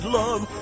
love